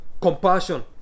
compassion